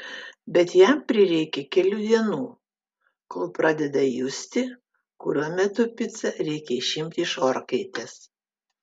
bet jam prireikia kelių dienų kol pradeda justi kuriuo metu picą reikia išimti iš orkaitės